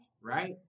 right